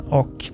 och